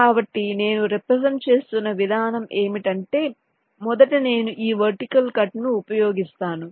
కాబట్టి నేను రెప్రెసెంట్ చేస్తున్న విధానం ఏమిటంటే మొదట నేను ఈ వర్టికల్ కట్ ను ఉపయోగిస్తాను